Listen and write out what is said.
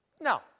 No